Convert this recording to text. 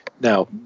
Now